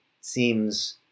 seems